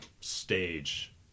stage